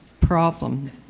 problem